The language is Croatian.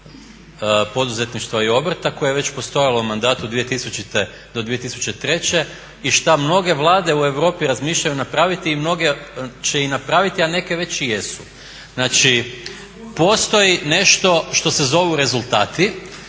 poduzetništva i obrta koje je već postojalo u mandatu 2000.do 2003.i šta mnoge Vlade u Europi razmišljaju napraviti i mnoge će i napraviti a neke već i jesu. Znači postoji nešto što se zovu rezultati